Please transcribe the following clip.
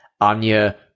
Anya